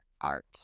art